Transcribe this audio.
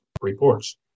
reports